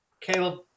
Caleb